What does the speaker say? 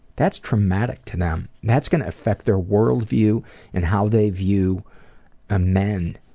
that's traumatic to them. that's gonna affect their world-view and how they view ah men.